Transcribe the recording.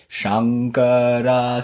Shankara